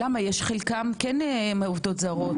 חלקן כן עובדות זרות.